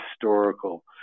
historical